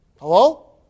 Hello